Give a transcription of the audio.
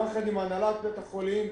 יחד עם הנהלת בית החולים,